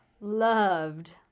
loved